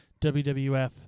WWF